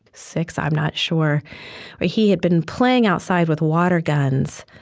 six, i'm not sure. but he had been playing outside with water guns.